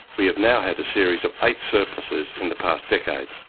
we have now had a series of eight surpluses in the past decade.